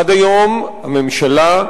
עד היום הממשלה,